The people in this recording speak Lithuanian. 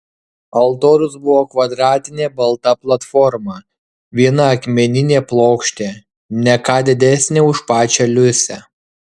altorius buvo kvadratinė balta platforma viena akmeninė plokštė ne ką didesnė už pačią liusę